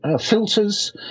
filters